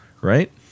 Right